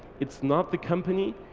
it's not the company,